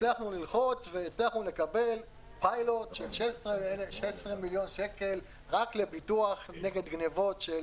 הצלחנו ללחוץ ולקבל פיילוט של 16 מיליון שקלים רק לביטוח נגד גניבות של